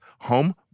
home